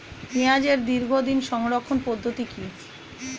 পেঁয়াজের দীর্ঘদিন সংরক্ষণ পদ্ধতি কি?